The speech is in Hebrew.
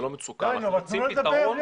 זה לא מצוקה, אנחנו רוצים פתרון.